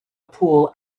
pool